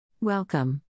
Welcome